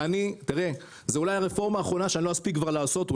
זה אולי הרפורמה האחרונה שלא אספיק כבר לעשות,